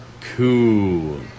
Cool